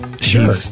Sure